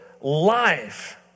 life